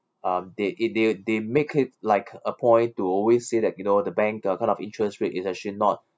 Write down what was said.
uh they it they they make it like a point to always say that you know the bank the kind of interest rate is actually not